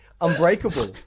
unbreakable